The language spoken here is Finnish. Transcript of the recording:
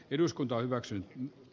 arvoisa puhemies